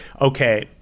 okay